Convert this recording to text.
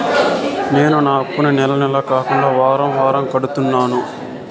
నేను నా అప్పుని నెల నెల కాకుండా వారం వారం కడుతున్నాను